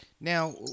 Now